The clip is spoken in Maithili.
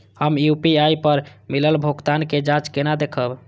हम यू.पी.आई पर मिलल भुगतान के जाँच केना देखब?